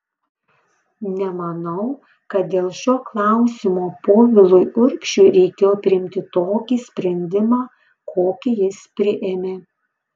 nemanau kad dėl šio klausimo povilui urbšiui reikėjo priimti tokį sprendimą kokį jis priėmė